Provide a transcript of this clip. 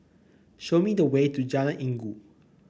show me the way to Jalan Inggu